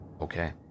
Okay